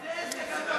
זה עסק גדול.